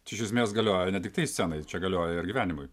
čia iš esmės galioja ne tiktai scenai čia galioja ir gyvenimui